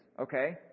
Okay